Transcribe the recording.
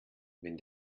wenn